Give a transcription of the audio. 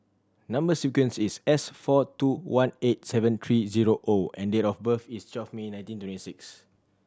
number sequence is S four two one eight seven three zero O and date of birth is twelve May nineteen twenty six